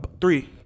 three